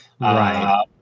Right